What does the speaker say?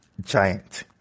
giant